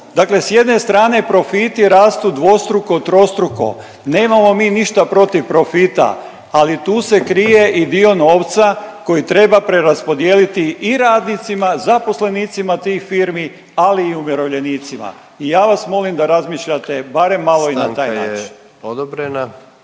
Dakle s jedne strane profiti rastu dvostruko, trostruko. Nemamo mi ništa protiv profita, ali tu se krije i dio novca koji treba preraspodijeliti i radnicima, zaposlenicima tih firmi, ali i umirovljenicima. I ja vas molim da razmišljate barem malo i na taj način.